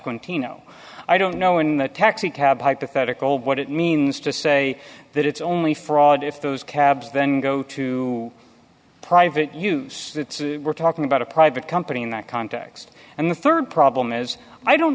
clinton no i don't know in the taxicab hypothetical what it means to say that it's only fraud if those cabs then go to private use we're talking about a private company in that context and the rd problem is i don't